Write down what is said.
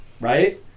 right